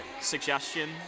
suggestion